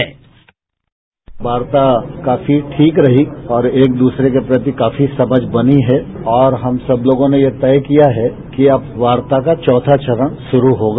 sound bite वार्ता काफी ठीक रही और एक दूसरे के प्रति काफी समझ बनी है और हम सब लोगों ने यह तय किया है कि अब वार्ता का चौथा चरण श्रू होगा